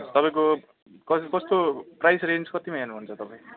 तपाईँको कस कस्तो प्राइस रेन्ज कतिमा हेर्नुहुन्छ तपाईँ